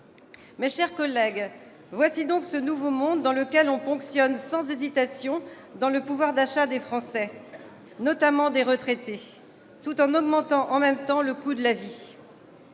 Mes chers collègues, voilà donc ce nouveau monde dans lequel on ponctionne sans hésitation dans le pouvoir d'achat des Français, notamment des retraités, tout en augmentant en même temps le coût de la vie.